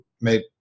made